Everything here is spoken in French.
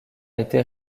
été